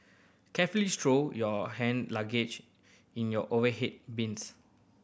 carefully stow your hand luggage in your overhead bins